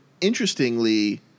interestingly